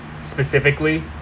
specifically